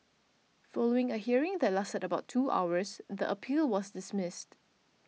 following a hearing that lasted about two hours the appeal was dismissed